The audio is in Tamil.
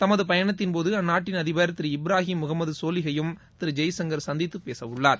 தமது பயணத்தின்போது அந்நாட்டின் அதிபர் திரு இப்ராஹிம் முகமது சோலிஹ்யையும் திரு ஜெய்சங்கர் சந்தித்து பேசவுள்ளார்